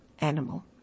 animal